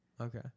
Okay